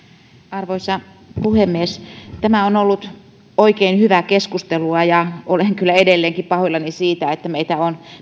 arvoisa puhemies tämä on ollut oikein hyvää keskustelua ja olen kyllä edelleenkin pahoillani siitä että meitä